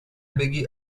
بگی